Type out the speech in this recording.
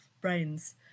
brains